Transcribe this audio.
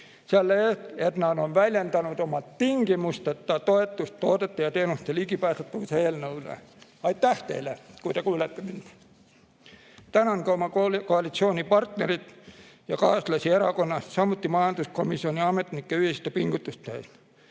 selle eest, et nad on väljendanud oma tingimusteta toetust toodete ja teenuste ligipääsetavuse eelnõule. Aitäh teile, kui te kuulete mind! Tänan ka oma koalitsioonipartnerit ja kaaslasi erakonnast, samuti majanduskomisjoni ametnikke ühiste pingutuste eest.